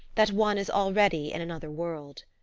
that one is already in another world.